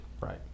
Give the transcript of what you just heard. Right